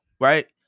Right